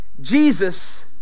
Jesus